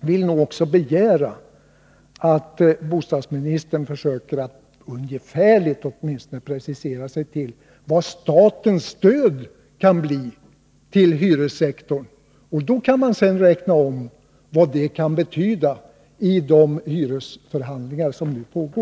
vill nog också begära att bostadsministern försöker att åtminstone ungefärligt ange hur stort statens stöd till hyressektorn kan bli. Då kan man sedan räkna om detta, så att man ser vad det kan betyda i de hyresförhandlingar som nu pågår.